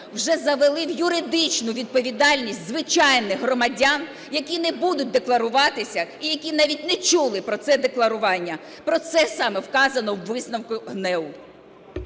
вже завели в юридичну відповідальність звичайних громадян, які не будуть декларуватися і які навіть не чули про це декларування. Про це саме вказано в висновку ГНЕУ.